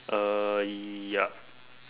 uh ya